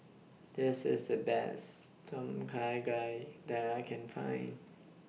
This IS The Best Tom Kha Gai that I Can Find